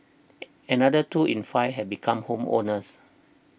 another two in five have become home owners